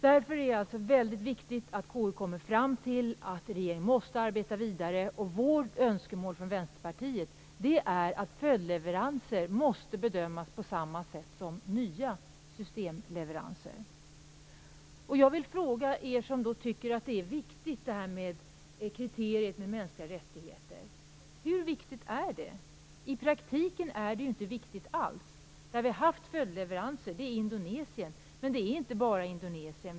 Därför är det alltså väldigt viktigt att KU kommer fram till att regeringen måste arbeta vidare. Vänsterpartiets önskemål är att följdleveranser måste bedömas på samma sätt som nya systemleveranser. Jag vill fråga er som tycker att kriteriet mänskliga rättigheter är viktigt: Hur viktigt är det? I praktiken är det ju inte viktigt alls. Vi har haft följdleveranser till Indonesien, men detta gäller inte bara Indonesien.